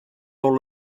all